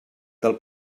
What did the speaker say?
del